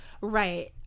right